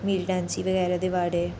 militancy बगैरा दे बारै